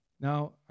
Now